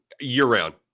year-round